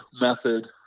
method